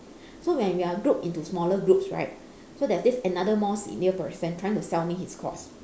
so when we are group into smaller groups right so there's this another more senior person trying to sell me his course